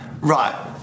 Right